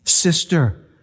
Sister